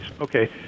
Okay